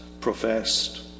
professed